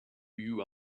you